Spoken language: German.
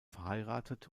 verheiratet